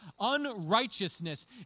unrighteousness